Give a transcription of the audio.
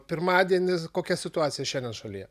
pirmadienis kokia situacija šiandien šalyje